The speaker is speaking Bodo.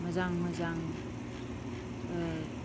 मोजां मोजां